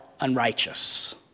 unrighteous